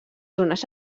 zones